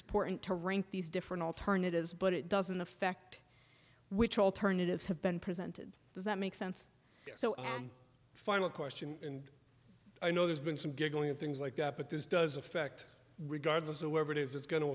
support and to rank these different alternatives but it doesn't affect which alternatives have been presented does that make sense so i am final question and i know there's been some giggling and things like that but this does affect regardless of whatever it is it's going to